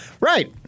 Right